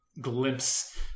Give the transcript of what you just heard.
glimpse